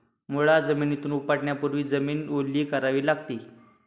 मुळा जमिनीतून उपटण्यापूर्वी जमीन ओली करावी लागते